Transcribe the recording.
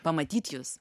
pamatyt jus